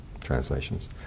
translations